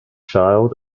child